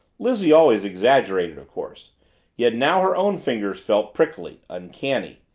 lizzie always exaggerated, of course yet now her own fingers felt prickly, uncanny.